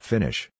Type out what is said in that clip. Finish